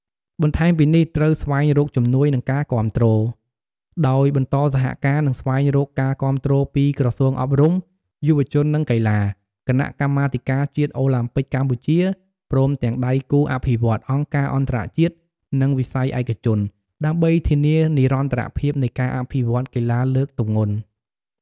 បន្ថែមពីនេះត្រូវស្វែងរកជំនួយ និងការគាំទ្រ ដោយបន្តសហការ និងស្វែងរកការគាំទ្រពីក្រសួងអប់រំ យុវជន និងកីឡា គណៈកម្មាធិការជាតិអូឡាំពិកកម្ពុជា ព្រមទាំងដៃគូអភិវឌ្ឍន៍ អង្គការអន្តរជាតិ និងវិស័យឯកជន ដើម្បីធានានិរន្តរភាពនៃការអភិវឌ្ឍន៍កីឡាលើកទម្ងន់។